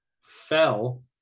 fell